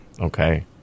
Okay